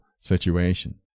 situation